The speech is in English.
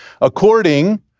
according